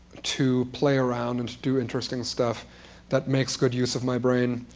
to play around, and to do interesting stuff that makes good use of my brain,